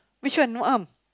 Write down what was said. which one no arm